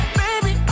baby